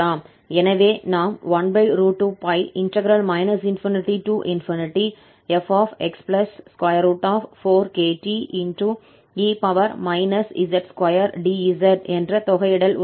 எனவே நாம் 12π ∞fx4kte z2dz என்ற தொகையிடல் உள்ளது